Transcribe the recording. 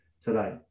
today